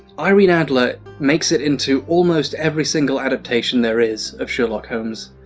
irene adler makes it into almost every single adaptation there is, of sherlock holmes,